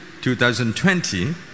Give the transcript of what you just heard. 2020